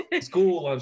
school